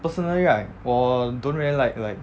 personally right 我 don't really like like